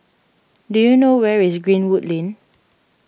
do you know where is Greenwood Lane